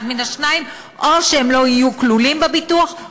אחד מן השניים: או שהן לא יהיו כלולות בביטוח,